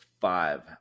five